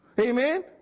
Amen